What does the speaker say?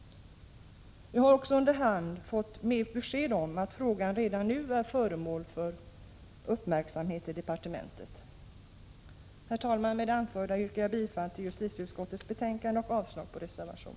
Vi har också under hand fått besked om att frågan redan nu är föremål för uppmärksamhet i departementet. Herr talman! Med det anförda yrkar jag bifall till utskottets hemställan.